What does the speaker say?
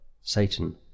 Satan